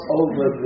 over